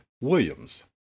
Williams